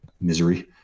misery